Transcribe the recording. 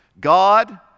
God